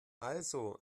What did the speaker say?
also